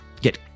get